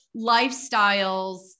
lifestyles